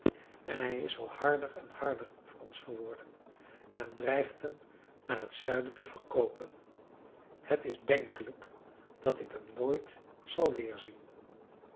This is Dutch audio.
en hij is al harder en harder voor ons geworden en dreigt hem naar het zuiden te verkoopen het is denkelijk dat ik hem nooit zal weerzien